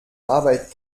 arbeit